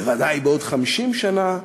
בוודאי בעוד חמישים שנה,